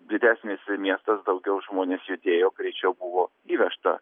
didesnis miestas daugiau žmonės judėjo greičiau buvo įvežta